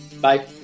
Bye